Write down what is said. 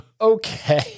Okay